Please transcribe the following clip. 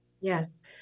Yes